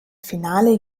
finale